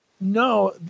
No